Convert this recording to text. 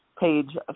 page